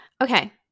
Okay